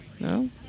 No